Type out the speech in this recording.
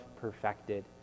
perfected